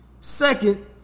Second